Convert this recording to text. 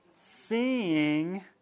Seeing